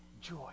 joy